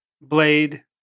Blade